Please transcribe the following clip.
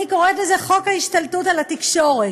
אני קוראת לזה חוק ההשתלטות על התקשורת.